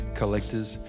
collectors